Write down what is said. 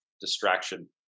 distraction